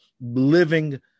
living